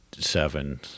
seven